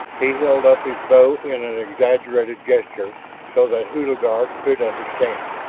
he held up his bow in an exaggerated gesture so that hulagur could understand.